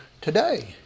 today